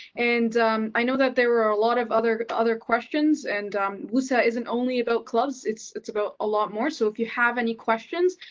and i know that there are a lot of other other questions. and wusa isn't only about clubs, it's it's about a lot more. so if you have any questions,